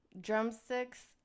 Drumsticks